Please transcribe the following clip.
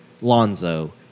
Lonzo